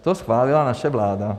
To schválila naše vláda.